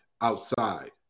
outside